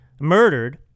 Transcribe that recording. murdered